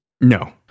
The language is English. No